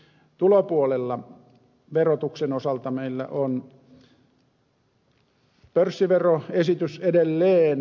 tulopuolella verotuksen osalta meillä on pörssiveroesitys edelleen